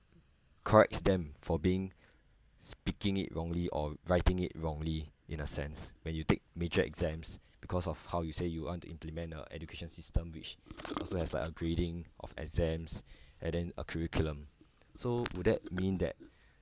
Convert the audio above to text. corrects them for being speaking it wrongly or writing it wrongly in a sense when you take major exams because of how you say you want to implement the education system which also has like a grading of exams and then a curriculum so would that mean that